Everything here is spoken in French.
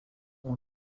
ont